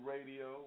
Radio